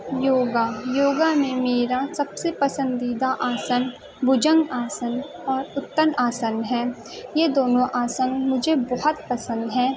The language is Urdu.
یوگا یوگا میں میرا سب سے پسندیدہ آسن بھجنگ آسن اور اتن آسن ہے یہ دونوں آسن مجھے بہت پسند ہیں